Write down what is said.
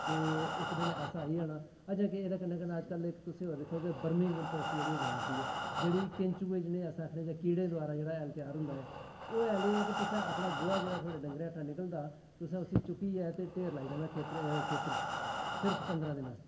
ते इक दिन ऐसा आई जाना जियां इस दे कन्नै कन्नै दिक्खो कि बर्मिक कंपोस्ट जेह्की ओह् बना दी ऐ जेह्ड़े कैंची कीड़ें कन्नै हैल तेआर होंदा ऐ ओह् गल्ल एह् ऐ कि गोहा जेह्की डंगरैं हैट्ठा दा निकलदा ऐ उसी चुक्कियै ते ढेर लांदे रौह्ना खेत्तर च सिर्फ पंदरां दिन आस्तै